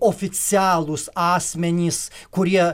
oficialūs asmenys kurie